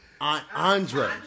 Andre